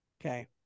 Okay